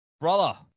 brother